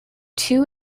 two